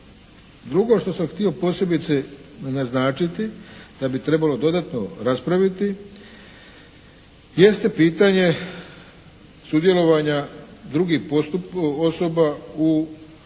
Drugo što sam htio posebice naznačiti da bi trebalo dodatno raspraviti jeste pitanje sudjelovanja osoba u postupku saslušavanja,